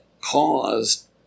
caused